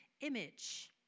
image